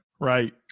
Right